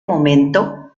momento